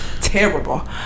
Terrible